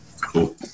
Cool